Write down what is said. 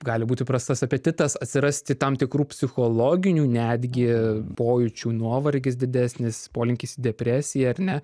gali būti prastas apetitas atsirasti tam tikrų psichologinių netgi pojūčių nuovargis didesnis polinkis į depresiją ar ne